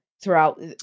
Throughout